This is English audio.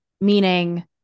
meaning